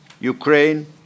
Ukraine